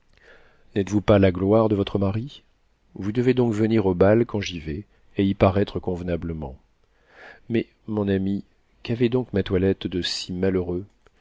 n'êtes-vous pas la gloire de votre mari vous devez donc venir au bal quand j'y vais et y paraître convenablement mais mon ami qu'avait donc ma toilette de si malheureux